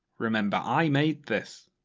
remember, i made this!